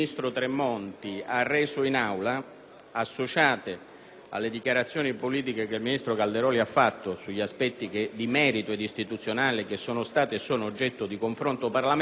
associate a quelle politiche del ministro Calderoli sugli aspetti di merito ed istituzionali che sono stati e sono oggetto di confronto parlamentare, confermano i dubbi,